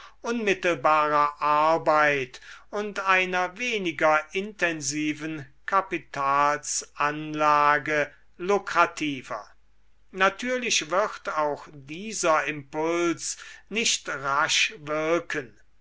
unmittelbarer arbeit und einer weniger intensiven kapitalsanlage lukrativer natürlich wird auch dieser impuls nicht rasch wirken